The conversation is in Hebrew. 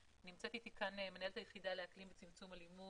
ובזום מנהלת היחידה לאקלים, צמצום אלימות,